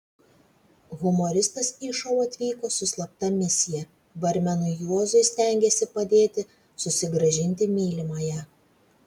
humoristas į šou atvyko su slapta misija barmenui juozui stengėsi padėti susigrąžinti mylimąją